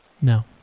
No